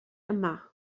yma